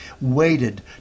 waited